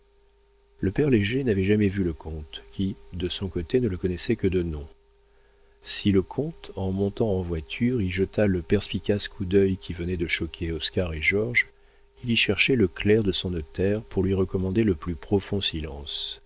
le père léger n'avait jamais vu le comte qui de son côté ne le connaissait que de nom si le comte en montant en voiture y jeta le perspicace coup d'œil qui venait de choquer oscar et georges il y cherchait le clerc de son notaire pour lui recommander le plus profond silence